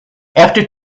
after